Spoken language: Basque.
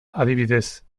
adibidez